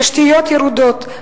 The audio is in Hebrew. תשתיות ירודות,